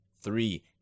Three